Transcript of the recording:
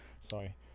Sorry